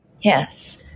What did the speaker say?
Yes